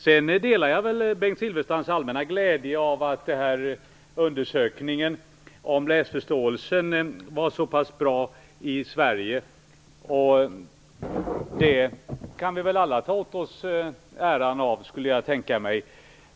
Vidare delar jag väl Bengt Silfverstrands allmänna glädje över att resultatet av undersökningen om läsförståelsen var så pass bra i Sverige. Det kan vi väl alla ta åt oss äran av, skulle jag tänka mig.